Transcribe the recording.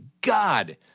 God